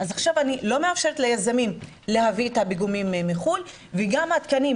אז עכשיו אני לא מאפשרת ליזמים להביא את הפיגומים מחו"ל וגם התקנים,